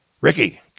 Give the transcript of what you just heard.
Ricky